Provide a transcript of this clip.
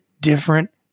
different